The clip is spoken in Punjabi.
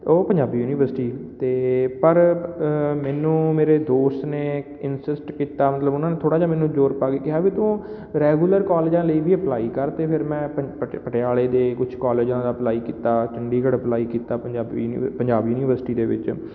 ਉਹ ਪੰਜਾਬੀ ਯੂਨੀਵਰਸਿਟੀ ਅਤੇ ਪਰ ਮੈਨੂੰ ਮੇਰੇ ਦੋਸਤ ਨੇ ਇਨਸਿਸਟ ਕੀਤਾ ਮਤਲਬ ਉਹਨਾਂ ਨੇ ਥੋੜ੍ਹਾ ਜਿਹਾ ਮੈਨੂੰ ਜ਼ੋਰ ਪਾ ਕੇ ਕਿਹਾ ਵੀ ਤੂੰ ਰੈਗੂਲਰ ਕੋਲੇਜਾਂ ਲਈ ਵੀ ਅਪਲਾਈ ਕਰ ਅਤੇ ਫਿਰ ਮੈਂ ਪਨ ਪਟ ਪਟਿਆਲੇ ਦੇ ਕੁਛ ਕੋਲੇਜਾਂ ਦਾ ਅਪਲਾਈ ਕੀਤਾ ਚੰਡੀਗੜ੍ਹ ਅਪਲਾਈ ਕੀਤਾ ਪੰਜਾਬੀ ਯੂਨੀਵਰ ਪੰਜਾਬ ਯੂਨੀਵਰਸਿਟੀ ਦੇ ਵਿੱਚ